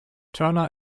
turner